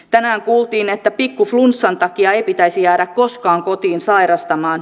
tänään kuultiin että pikkuflunssan takia ei pitäisi jäädä koskaan kotiin sairastamaan